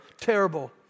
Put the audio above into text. terrible